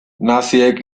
naziek